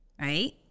Right